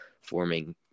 forming